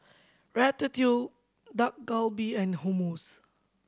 Dak Galbi and Hummus